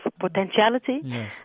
potentiality